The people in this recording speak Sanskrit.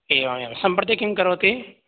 एवमेवं सम्प्रति किं करोति